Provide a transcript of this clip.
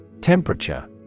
Temperature